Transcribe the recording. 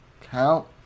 count